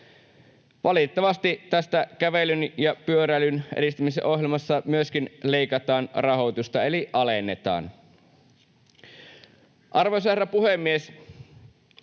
Valitettavasti tästä kävelyn ja pyöräilyn edistämisohjelmasta myöskin leikataan eli alennetaan rahoitusta. Arvoisa herra puhemies!